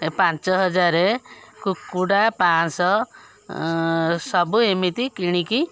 ଏ ପାଞ୍ଚ ହଜାରେ କୁକୁଡ଼ା ପାଞ୍ଚଶହ ସବୁ ଏମିତି କିଣିକି